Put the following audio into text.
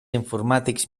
informàtics